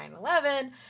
9-11